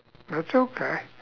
that's okay